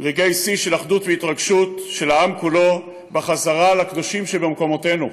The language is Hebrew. רגעי שיא של אחדות והתרגשות של העם כולו בחזרה לקדושים שבמקומותינו: